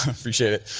appreciate it.